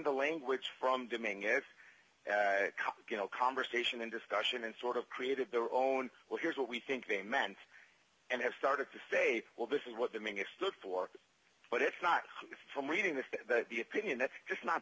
the language from dominguez you know conversation and discussion and sort of created their own well here's what we think they meant and have started to say well this is what i mean it's the floor but it's not from reading this the opinion that's just not